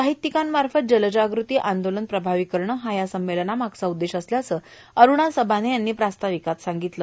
साहित्यिंकामार्फत जलजागृती आंदोलन प्रभावी करणे हा या संमलनामागचा उद्देश असल्याचं अरूणा सबाने यांनी प्रास्ताविकात सांगितलं